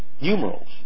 Numerals